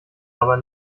aber